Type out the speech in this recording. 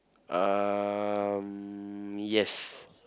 um yes